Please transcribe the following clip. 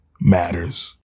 matters